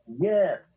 Yes